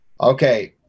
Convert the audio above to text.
Okay